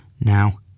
Now